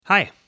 Hi